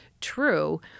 true